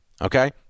okay